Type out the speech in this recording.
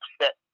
set